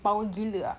power gila ah